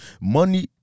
Money